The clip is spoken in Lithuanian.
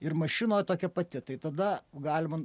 ir mašinoj tokia pati tai tada galima